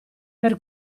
per